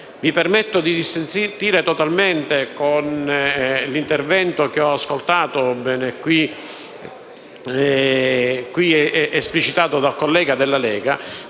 mi permetto di dissentire totalmente dall'intervento che ho ascoltato, esplicitato dal collega della Lega